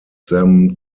them